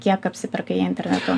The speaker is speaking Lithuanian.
kiek apsiperka jie internetu